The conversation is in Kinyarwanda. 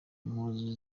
impuzu